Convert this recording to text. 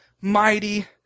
mighty